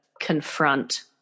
confront